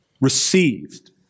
Received